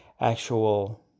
actual